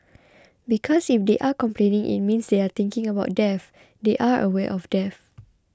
because if they are complaining it means they are thinking about death they are aware of death